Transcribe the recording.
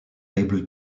able